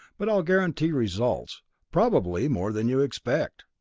but i'll guarantee results probably more than you expect.